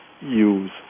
use